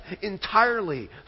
entirely